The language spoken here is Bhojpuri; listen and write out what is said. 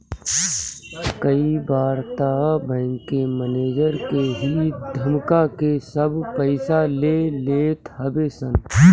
कई बार तअ बैंक के मनेजर के ही धमका के सब पईसा ले लेत हवे सन